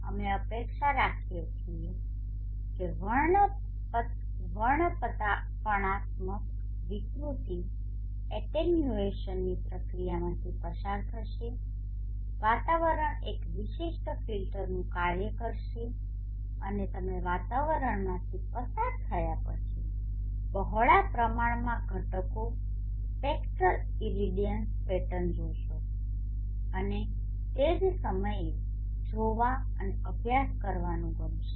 અમે અપેક્ષા રાખીએ છીએ કે આ વર્ણપણાત્મક વિકૃતિ એટેન્યુએશનની પ્રક્રિયામાંથી પસાર થશે વાતાવરણ એક વિશિષ્ટ ફિલ્ટરનું કાર્ય કરશે અને તમે વાતાવરણમાંથી પસાર થયા પછી બહોળા પ્રમાણમાં ઘટાડો સ્પેક્ટ્રલ ઇરેડિયન્સ પેટર્ન જોશો અને તે જ અમને જોવા અને અભ્યાસ કરવાનું ગમશે